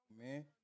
man